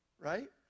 Right